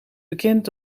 bekend